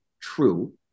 true